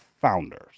founders